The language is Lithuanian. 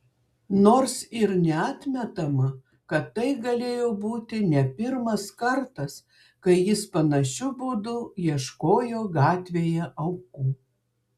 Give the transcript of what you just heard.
nors ir neatmetama kad tai galėjo būti ne pirmas kartas kai jis panašiu būdu ieškojo gatvėje aukų